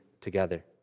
together